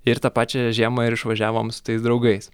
ir tą pačią žiemą ir išvažiavom su tais draugais